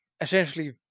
essentially